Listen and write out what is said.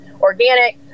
organic